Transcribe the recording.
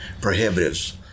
prohibitives